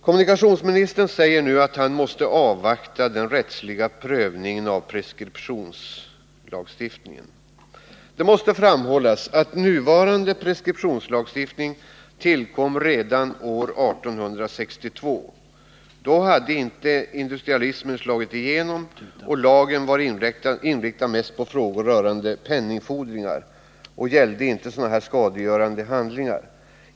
Kommunikationsministern säger nu att han måste avvakta den rättsliga prövningen av preskriptionslagstiftningen. Det måste framhållas att den nuvarande preskriptionslagstiftningen tillkom redan år 1862. Då hade inte industrialismen slagit igenom, och lagen var inriktad mest på frågor rörande penningfordringar och gällde inte skadegörande handlingar.